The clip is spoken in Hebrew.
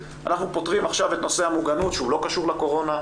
אנחנו פותרים עכשיו את נושא המוגנות שלא קשור לקורונה,